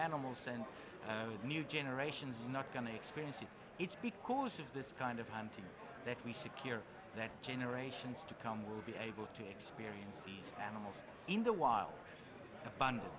animals and new generations not going to experience it it's because of this kind of hunting that we secure and that generations to come will be able to experience the animals in the wild abund